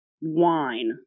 wine